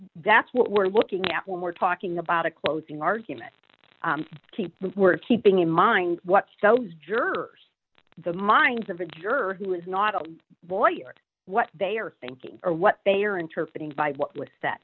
that's what we're looking at when we're talking about a closing argument keep we're keeping in mind what those jurors the minds of a jerk who is not a boy or what they are thinking or what they are interpreting by what with that